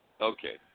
Okay